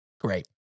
Great